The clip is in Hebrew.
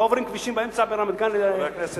לא עוברים כבישים באמצע בין רמת-גן לתל-אביב?